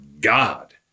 God